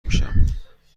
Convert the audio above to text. میشم